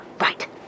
Right